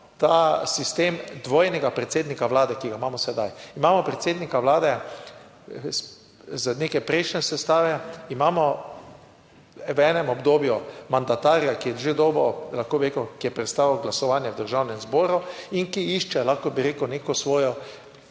ta sistem dvojnega predsednika Vlade, ki ga imamo sedaj, imamo predsednika Vlade z neke prejšnje sestave, imamo, v enem obdobju mandatarja, ki je že dobil, lahko bi rekel, ki je prestal glasovanje v Državnem zboru in ki išče, lahko bi rekel, neko svojo,